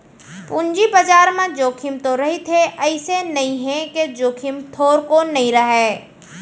पूंजी बजार म जोखिम तो रहिथे अइसे नइ हे के जोखिम थोरको नइ रहय